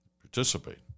Participate